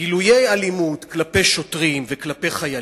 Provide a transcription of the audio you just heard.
גילויי אלימות כלפי שוטרים וכלפי חיילים,